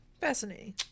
Fascinating